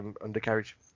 undercarriage